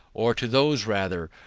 or to those rather,